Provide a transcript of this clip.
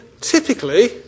typically